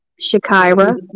Shakira